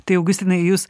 tai augustinai jūs